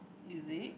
is it